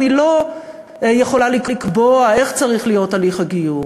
אני לא יכולה לקבוע איך צריך להיות הליך הגיור,